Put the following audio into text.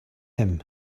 him